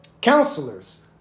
counselors